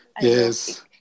yes